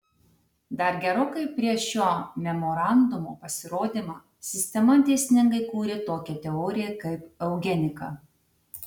dar gerokai prieš šio memorandumo pasirodymą sistema dėsningai kūrė tokią teoriją kaip eugenika